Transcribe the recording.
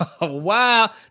Wow